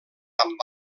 amb